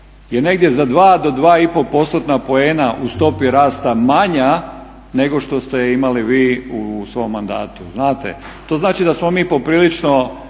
je negdje za 2 do 2,5 postotna poena u stopi rasta manja nego što ste je imali vi u svom mandatu, znate. To znači da smo mi poprilično